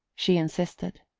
she insisted.